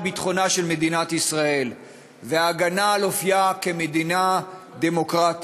ביטחונה של מדינת ישראל והגנה על אופייה כמדינה דמוקרטית,